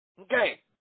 Okay